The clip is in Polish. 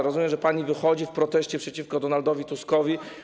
Rozumiem, że pani wychodzi w proteście przeciwko Donaldowi Tuskowi.